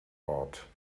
ort